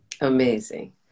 Amazing